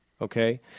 Okay